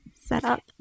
setup